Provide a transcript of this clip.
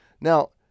Now